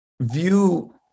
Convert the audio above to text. view